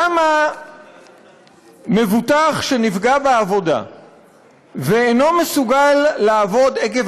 למה מבוטח שנפגע בעבודה ואינו מסוגל לעבוד עקב